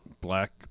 black